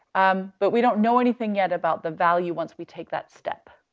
um, but we don't know anything yet about the value once we take that step.